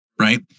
right